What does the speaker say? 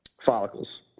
follicles